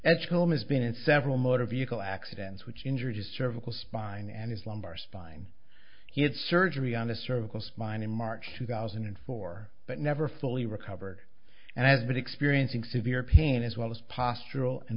has been in several motor vehicle accidents which injured his cervical spine and his lumbar spine he had surgery on his cervical spine in march two thousand and four but never fully recovered and has been experiencing severe pain as well as postural and